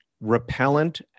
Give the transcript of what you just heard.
repellent